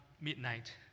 midnight